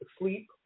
asleep